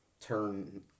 turn